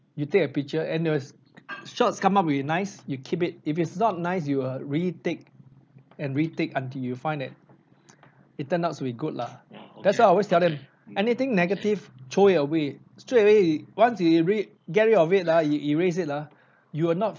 you take a picture and the shots come up if it's nice you keep it if it's not nice you will retake and retake until you find that it turned out with good lah that's why I always tell them anything negative throw it away straight away once they re~ get rid of it ah you erase it ah you will not